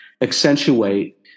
accentuate